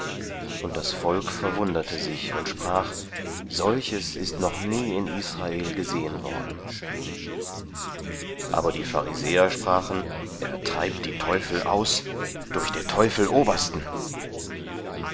und das volk verwunderte sich und sprach solches ist noch nie in israel gesehen worden aber die pharisäer sprachen er treibt die teufel aus durch der teufel obersten